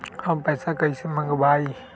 हम पैसा कईसे मंगवाई?